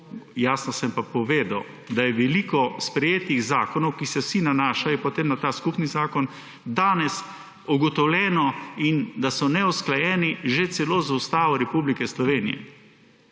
Jasno sem pa povedal, da je veliko sprejetih zakonov, ki se vsi nanašajo potem na ta skupni zakon, danes ugotovljeno, in da so neusklajeni že celo z Ustavo Republike Slovenije.